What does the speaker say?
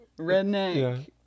redneck